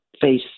face